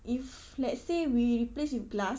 if let's say we replace with glass